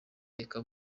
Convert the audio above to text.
reka